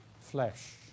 flesh